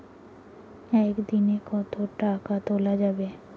একদিন এ কতো টাকা তুলা যাবে?